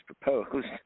proposed